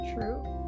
true